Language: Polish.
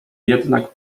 jednak